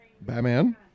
Batman